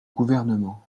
gouvernement